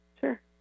Sure